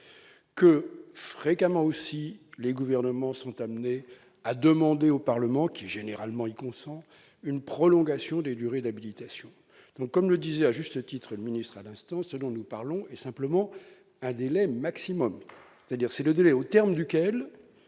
que fréquemment aussi les gouvernements sont amenés à demander au Parlement qui généralement y consent une prolongation des durées d'habilitation, donc comme le disait à juste titre le ministre à l'instant, ce dont nous parlons est simplement un délai maximum, c'est-à-dire c'est le délai au terme duquel,